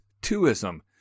two-ism